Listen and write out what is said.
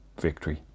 victory